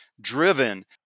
driven